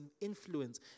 influence